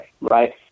right